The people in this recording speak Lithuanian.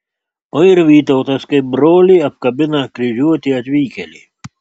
o ir vytautas kaip brolį apkabina kryžiuotį atvykėlį